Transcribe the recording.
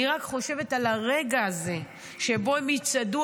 אני רק חושבת על הרגע הזה שבו הם יצעדו